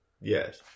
Yes